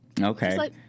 Okay